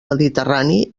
mediterrani